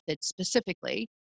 specifically